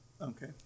Okay